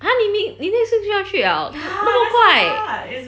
!huh! 你你 next week 就要去了那么快